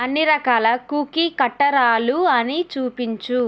అన్ని రకాల కుకీ కట్టరాలు అని చూపించు